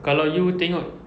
kalau you tengok